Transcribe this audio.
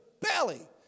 belly